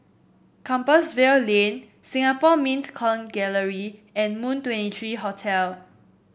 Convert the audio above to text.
Compassvale Lane Singapore Mint Coin Gallery and Moon Twenty three Hotel